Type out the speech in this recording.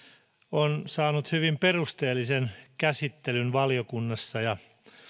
on saanut hyvin perusteellisen käsittelyn valiokunnassa ja